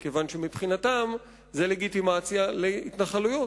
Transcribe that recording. כיוון שמבחינתם זה לגיטימציה להתנחלויות.